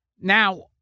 Now